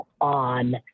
on